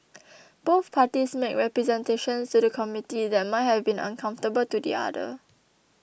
both parties made representations to the Committee that might have been uncomfortable to the other